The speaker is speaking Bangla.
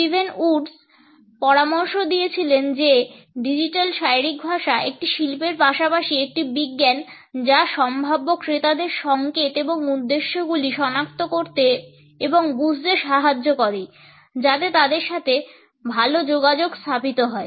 স্টিভেন উডস পরামর্শ দিয়েছিলেন যে ডিজিটাল শারীরিক ভাষা একটি শিল্পের পাশাপাশি একটি বিজ্ঞান যা সম্ভাব্য ক্রেতাদের সংকেত এবং উদ্দেশ্যগুলি সনাক্ত করতে এবং বুঝতে সাহায্য করে যাতে তাদের সাথে ভালো যোগাযোগ স্থাপিত হয়